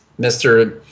Mr